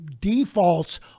defaults